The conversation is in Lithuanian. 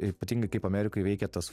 ypatingai kaip amerikoj veikia tas